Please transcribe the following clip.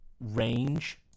range